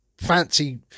fancy